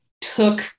took